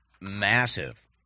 massive